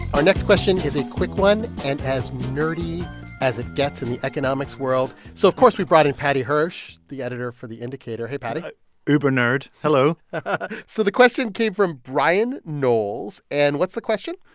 our next question is a quick one and as nerdy as it gets in the economics world. so, of course, we brought in paddy hirsch, the editor for the indicator. hey, paddy uber nerd. hello so the question came from brian knowles. and what's the question?